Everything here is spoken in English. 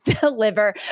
deliver